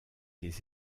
des